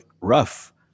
rough